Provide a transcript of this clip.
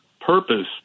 purpose